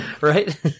right